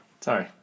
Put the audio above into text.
Sorry